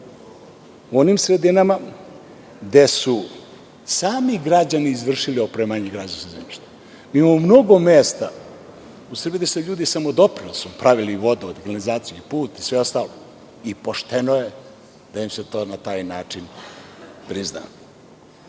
i onim sredinama gde su sami građani izvršili opremanje građevinskog zemljišta. Mi imamo mnogo mesta u Srbiji gde su ljudi samodoprinosom pravili vodovod, kanalizaciju, put i sve ostalo i pošteno je da im se to na taj način prizna.